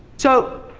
so,